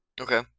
Okay